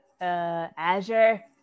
Azure